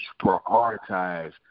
prioritize